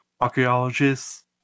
archaeologists